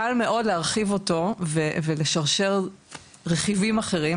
קל מאוד להרחיב אותו ולשרשר רכיבים אחרים,